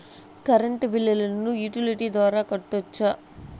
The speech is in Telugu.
కరెంటు బిల్లును యుటిలిటీ ద్వారా కట్టొచ్చా?